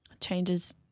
changes